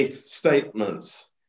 statements